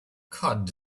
cod